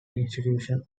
institution